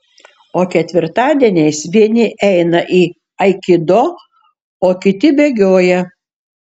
o ketvirtadieniais vieni eina į aikido o kiti bėgioja